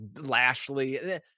Lashley